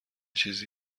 چیزی